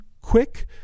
quick